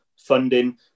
funding